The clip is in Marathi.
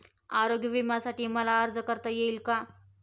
आरोग्य विम्यासाठी मला अर्ज करता येईल का?